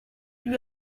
lui